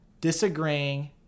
disagreeing